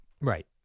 Right